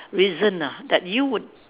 reason ah that you would